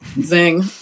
Zing